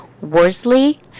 Worsley